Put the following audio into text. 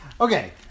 Okay